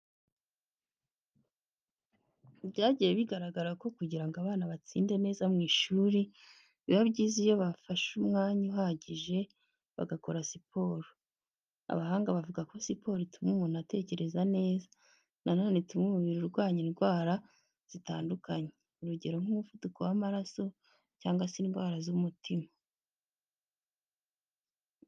Byagiye bigaragara ko kugira ngo abana batsinde neza mu ishuri, biba byiza iyo bafashe umwanya uhagije bagakora siporo. Abahanga bavuga ko siporo ituma umuntu atekereza neza. Na none ituma umubiri urwanya indwara zitandukanye, urugero nk'umuvuduko w'amaraso cyangwa se indwara z'umutima.